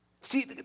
See